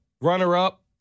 runner-up